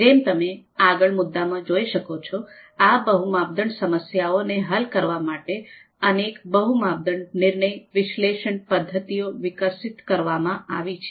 જેમ તમે આગલા મુદ્દામાં જોઈ શકો છો આ બહુ માપદંડ સમસ્યાઓ ને હલ કરવા માટે અનેક બહુ માપદંડ નિર્ણય વિશ્લેષણ પદ્ધતિઓ વિકસિત કરવામાં આવી છે